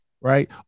Right